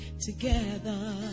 together